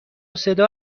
صدا